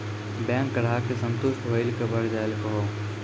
Bank ग्राहक के संतुष्ट होयिल के बढ़ जायल कहो?